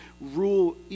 rule